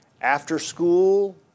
after-school